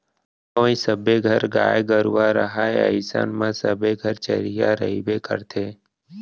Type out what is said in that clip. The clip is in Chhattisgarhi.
गॉंव गँवई सबे घर गाय गरूवा रहय अइसन म सबे घर चरिहा रइबे करथे